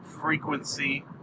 frequency